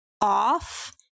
off